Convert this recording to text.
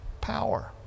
power